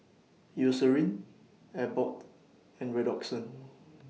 Eucerin Abbott and Redoxon